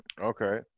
okay